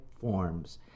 forms